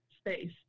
space